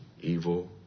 evil